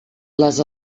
les